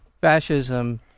fascism